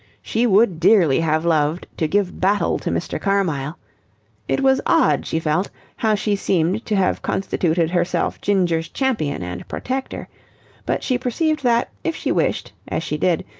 she would dearly have loved to give battle to mr. carmyle it was odd, she felt, how she seemed to have constituted herself ginger's champion and protector but she perceived that, if she wished, as she did,